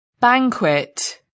banquet